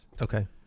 Okay